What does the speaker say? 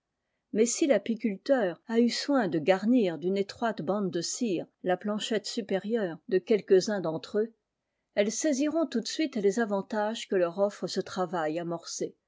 mais si tapicuiteur a eu soin de garnir d'une étroite bande de cire la planchette s meure de quelques-uns d'entre eux elles fi iront tout de suite les avantages que leur ce travail amorcé